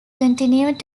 continued